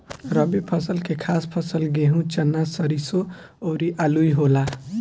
रबी फसल के खास फसल गेहूं, चना, सरिसो अउरू आलुइ होला